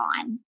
on